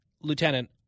Lieutenant